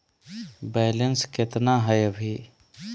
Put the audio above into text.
Balance केतना हय अभी?